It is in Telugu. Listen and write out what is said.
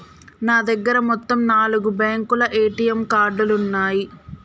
నా దగ్గర మొత్తం నాలుగు బ్యేంకుల ఏటీఎం కార్డులున్నయ్యి